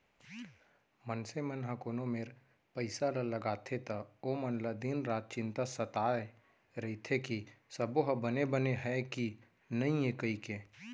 मनसे मन ह कोनो मेर पइसा ल लगाथे त ओमन ल दिन रात चिंता सताय रइथे कि सबो ह बने बने हय कि नइए कइके